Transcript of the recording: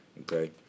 Okay